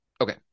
Okay